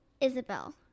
Isabel